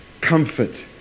comfort